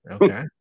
Okay